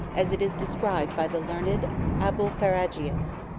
as it is described by the learned abulpharagius.